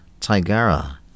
Tigara